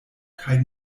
kaj